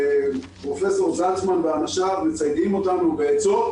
פרופ' זלצמן ואנשיו מציידים אותנו בעצות